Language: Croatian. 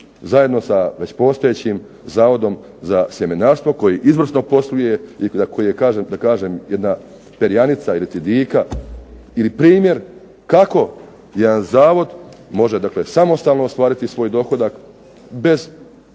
zajedno sa već postojećim Zavodom za sjemenarstvo, koji izvrsno posluje i koji da kažem jedna perjanica, iliti dika ili primjer kako jedan zavod može dakle samostalno ostvariti svoj dohodak bez nekakve